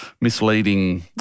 misleading